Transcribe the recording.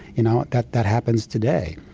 you know that that happens today.